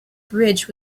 bridge